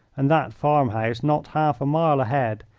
and that farm-house not half a mile ahead,